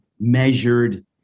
measured